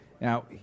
Now